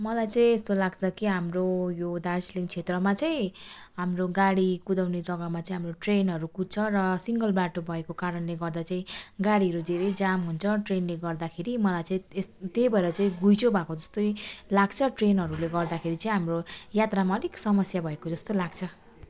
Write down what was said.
मलाई चाहिँ यस्तो लाग्छ कि हाम्रो यो दार्जिलिङ क्षेत्रमा चाहिँ हाम्रो गाडी कुदाउने जग्गामा चाहिँ हाम्रो ट्रेनहरू कुद्छ र सिङ्गल बाटो भएको कारणले गर्दा चाहिँ गाडीहरू धेरै जाम हुन्छ ट्रेनले गर्दाखेरि मलाई चाहिँ त्यस त्यही भएर चाहिँ घुइँचो भएको जस्तै लाग्छ ट्रेनहरूले गर्दाखेरि चाहिँ हाम्रो यात्रामा अलिक समस्या भएको जस्तो लाग्छ